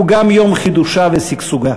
הוא גם יום חידושה ושגשוגה.